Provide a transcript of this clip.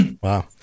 Wow